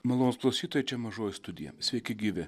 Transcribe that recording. malonūs klausytojai čia mažoji studija sveiki gyvi